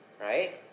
right